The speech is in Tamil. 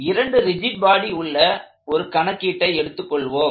இரண்டு ரிஜிட் பாடி உள்ள ஒரு கணக்கீட்டை எடுத்துக்கொள்வோம்